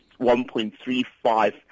1.35